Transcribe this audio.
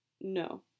No